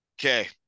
Okay